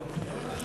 קורא